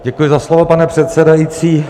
Děkuji za slovo, pane předsedající.